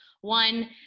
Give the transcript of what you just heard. one